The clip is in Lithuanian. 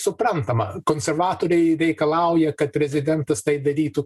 suprantama konservatoriai reikalauja kad prezidentas tai darytų